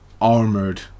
armored